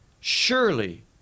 surely